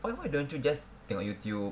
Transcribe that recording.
why why don't you just tengok youtube